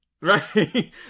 Right